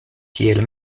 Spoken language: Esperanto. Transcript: kiel